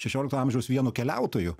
šešiolikto amžiaus vienu keliautoju